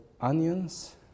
onions